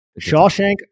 Shawshank